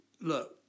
look